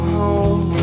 home